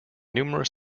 numerous